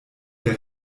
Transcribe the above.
der